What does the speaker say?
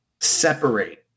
separate